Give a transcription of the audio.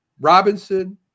Robinson